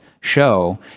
show